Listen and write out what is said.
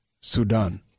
Sudan